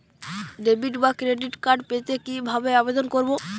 Debit বা credit card পেতে কি ভাবে আবেদন করব?